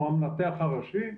הוא המנתח הראשי,